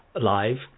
live